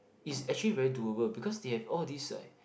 is actually very durable because they have all this like